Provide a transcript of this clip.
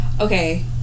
Okay